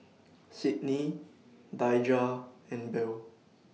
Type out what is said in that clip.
Cydney Daija and Bell